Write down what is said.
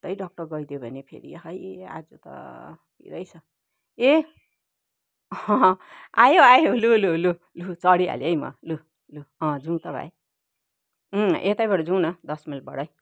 फुत्तै डक्टर गइदियो भने फेरि खोइ आज त पिरै छ ए आयौ आयौ लु लु लु चडिहालेँ है म लु लु अँ जाउँ त भाइ यतैबाट जाउँ न दस माइलबाटै